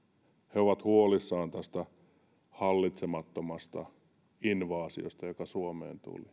he ovat huolissaan tästä hallitsemattomasta invaasiosta joka suomeen tuli